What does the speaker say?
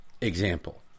example